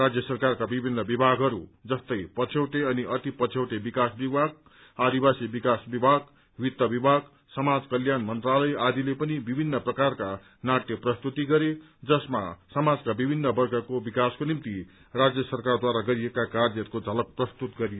राज्य सरकारका विभिन्न विभागहरू जस्तै पछयौटे अनि अति पछौटे विकास विभाग आदिवासी विकास विभाग वित्त विभाग समाज कल्याण मन्त्रालय आदिले पनि विभिन्न प्रकारका नाटय प्रस्तुति गरे जसमा समाजका विभिन्न वर्गको विकासको निम्ति राज्य सरकारद्वारा गरिएका कार्यहरूको झलक प्रस्तुति गरियो